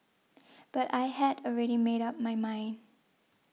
but I had already made up my mind